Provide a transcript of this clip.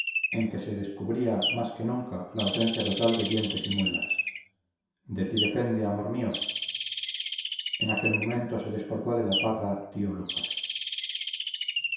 en que se descubría más que nunca la ausencia total de dientes y muelas de ti depende amor mío en aquel momento se descolgó de la parra el tío lucas